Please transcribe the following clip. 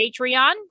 Patreon